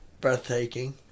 breathtaking